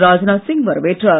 ராஜ்நாத் சிங் வரவேற்றார்